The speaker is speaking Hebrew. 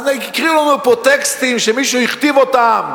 אז הקריאו לנו פה טקסטים שמישהו הכתיב אותם,